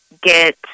get